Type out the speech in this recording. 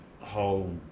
whole